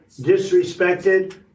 disrespected